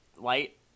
Light